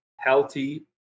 healthy